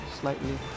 slightly